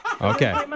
Okay